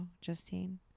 Justine